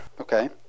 Okay